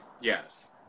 Yes